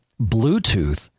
Bluetooth